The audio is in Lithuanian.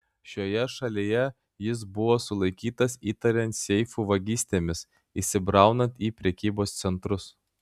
šioje šalyje jis buvo sulaikytas įtariant seifų vagystėmis įsibraunant į prekybos centrus